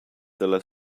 dalla